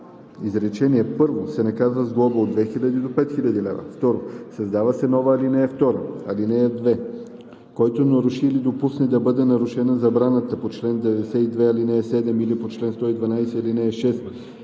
изречение първо, се наказва с глоба от 2000 до 5000 лв.“ 2. Създава се нова ал. 2: „(2) Който наруши или допусне да бъде нарушена забраната по чл. 92, ал. 7 или по чл. 112, ал. 6,